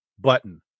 button